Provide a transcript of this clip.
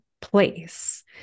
place